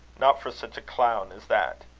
not for such a clown as that.